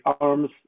arms